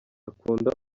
akunda